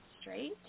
straight